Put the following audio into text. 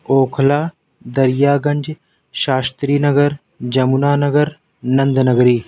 Okhla Daryaganj Shastri Nagar Jamuna Nagar Nand Nagri